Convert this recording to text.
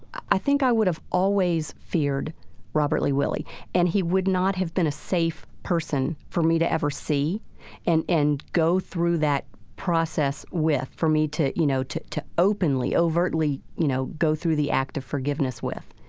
i think i would have always feared robert lee willie and he would not have been a safe person for me to ever see and and go through that process with, for me to, you know, to to openly, overtly, you know, go through the act of forgiveness with.